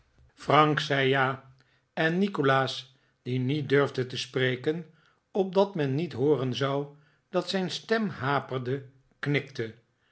frank zei ja en nikolaas die niet durfde te spreken opdat men niet hooren zou dat zijn stem haperde knikte